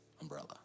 umbrella